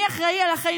מי אחראי לחיים.